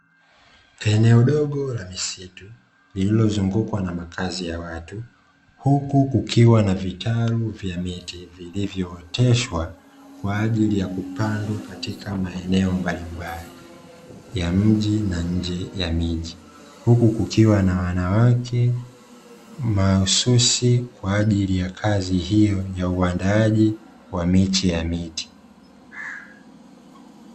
Eneo dogo la misitu nililozungukwa na makazi ya watu, huku kukiwa na vitalu vya miti vilivyooteshwa kwa ajili ya kupandwa katika maeneo mbalimbali ya mji na nje ya miji. Huku kukiwa na wanawake mahususi kwa ajili ya kazi hiyo ni uandaaji wa miche ya miti.